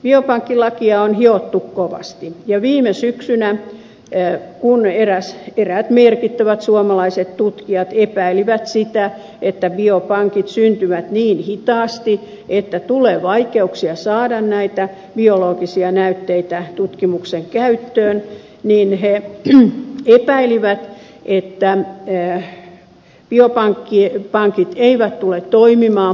biopankkilakia on hiottu kovasti ja viime syksynä eräät merkittävät suomalaiset tutkijat epäilivät sitä että biopankit syntyvät niin hitaasti että tulee vaikeuksia saada näitä biologisia näytteitä tutkimuksen käyttöön ja että biopankit eivät tule toimimaan moneen vuoteen